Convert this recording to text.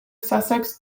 sussex